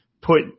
put